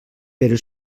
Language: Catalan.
però